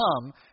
come